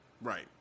Right